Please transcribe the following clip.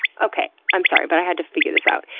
okay, i'm sorry, but i had to figure this out.